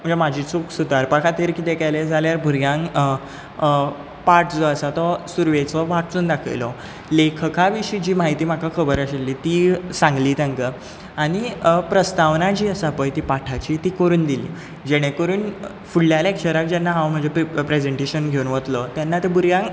म्हजी चूक सुदारपा खातीर कितें केलें जाल्यार भुरग्यांक पाठ जो आसा तो सुरवेचो वांचून दाखयलो लेखका विशीं जी माहिती जी म्हाका खबर आशिल्ली ती सांगली तांकां आनी प्रस्तावना जी आसा पळय ती पाठाची ती करून दिली जेणेकरून फुडल्या लॅक्चराक जेन्ना हांव म्हजें प्रेसेंटेशन घेवन वतलों तेन्ना तें भुरग्यांक